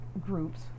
groups